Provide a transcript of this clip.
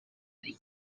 had